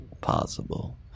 possible